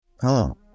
Hello